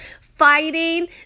fighting